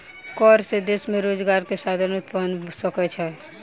कर से देश में रोजगार के साधन उत्पन्न भ सकै छै